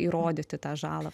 įrodyti tą žalą